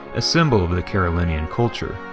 a symbol of the carolinian culture,